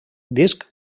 disc